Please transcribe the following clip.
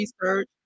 research